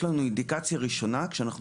האינדיקציה הראשונה שמובילה אותנו כשאנחנו